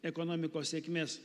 ekonomikos sėkmės